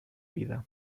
vida